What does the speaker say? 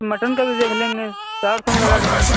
mutton کا بھی دیکھ لیں گے چار سو میں لگا دیں گے